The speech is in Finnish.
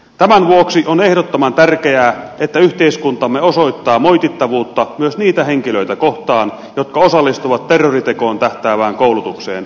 tämän vuoksi on ehdottoman tärkeää että yhteiskuntamme osoittaa moitittavuutta myös niitä henkilöitä kohtaan jotka osallistuvat terroritekoon tähtäävään koulutukseen